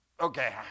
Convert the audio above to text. Okay